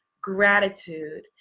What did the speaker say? gratitude